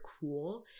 cool